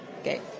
Okay